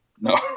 no